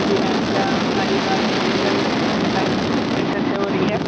जी ma'am क्या हमारी बात कुंदन बाइक सर्विस सेंटर से हो रही है